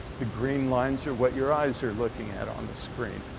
the green lines are what your eyes are looking at on the screen.